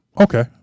Okay